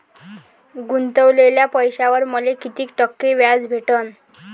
गुतवलेल्या पैशावर मले कितीक टक्के व्याज भेटन?